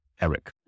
Eric